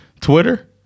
Twitter